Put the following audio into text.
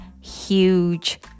huge